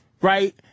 right